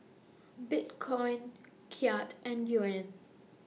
Bitcoin Kyat and Yuan